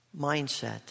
mindset